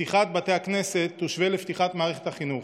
שפתיחת בתי הכנסת תושווה לפתיחת מערכת החינוך.